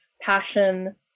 passion